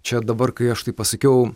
čia dabar kai aš taip pasakiau